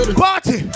party